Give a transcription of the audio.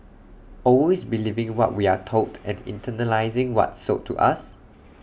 always believing what we are told and internalising what's sold to us